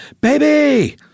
baby